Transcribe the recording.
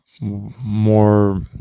more